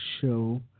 show